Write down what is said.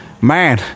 man